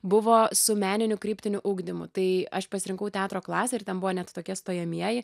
buvo su meniniu kryptiniu ugdymu tai aš pasirinkau teatro klasę ir ten buvo net tokie stojamieji